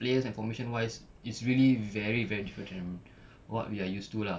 players and formation wise is really very very different from what we are used to lah